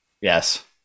Yes